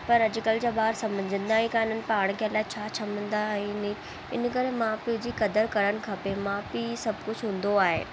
पर अॼु कल्ह जा ॿार सम्झंदा ई कान्हनि पाण खे अलाए छा सम्झंदा आहिनि इन करे माउ पीउ जी क़दरु करणु खपे माउ पीउ सभु कुझु हूंदो आहे